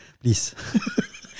please